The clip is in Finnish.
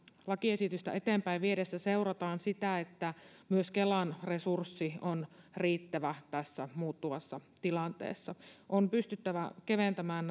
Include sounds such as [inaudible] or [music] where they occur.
lakiesitystä eteenpäinvietäessä seurataan että kelan resurssi on riittävä tässä muuttuvassa tilanteessa on pystyttävä keventämään [unintelligible]